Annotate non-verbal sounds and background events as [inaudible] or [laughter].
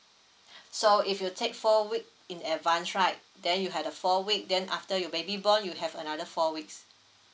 [breath] so if you take four week in advance right then you have a four a week then after your baby born you have another four weeks